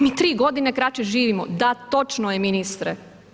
Mi tri godine kraće živimo, da točno je ministre.